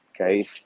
Okay